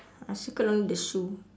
I circle on the shoe